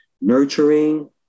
nurturing